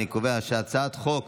אני קובע שהצעת חוק